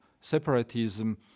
separatism